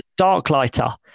Darklighter